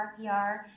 RPR